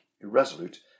irresolute